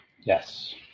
Yes